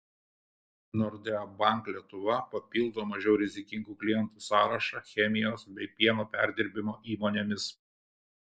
nordea bank lietuva papildo mažiau rizikingų klientų sąrašą chemijos bei pieno perdirbimo įmonėmis